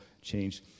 change